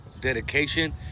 dedication